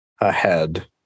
ahead